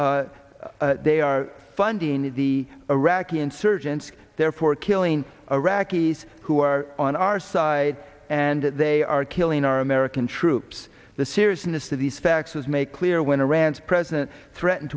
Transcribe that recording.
other they are funding the iraqi insurgents therefore killing iraqis who are on our side and they are killing our american troops the seriousness of these facts is make clear when iran's president threatened